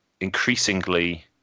increasingly